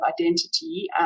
identity